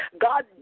God